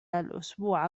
الأسبوع